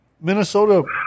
Minnesota